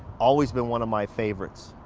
always been one of my favorites.